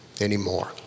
anymore